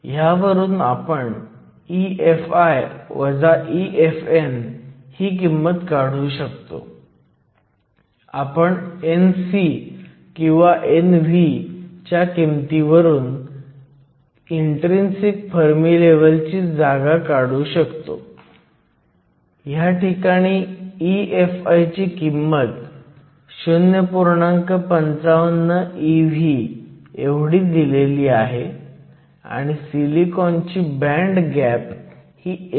तर आपल्याकडे n आणि p क्षेत्राचे इनर्जी बँड आकृती स्वतंत्रपणे आहेत आपण त्यांना एकत्र ठेवू शकतो आणि pn जंक्शनचा इनर्जी बँड आकृती काढू शकतो परंतु आपण ते करण्यापूर्वी मला इलेक्ट्रॉन आणि होल्सच्या कॉन्सन्ट्रेशनची गणना करायला आवडेल